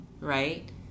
right